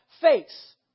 face